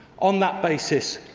on that basis,